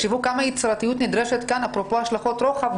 תחשבו כמה יצירתיות נדרשת כאן אפרופו השלכות רוחב.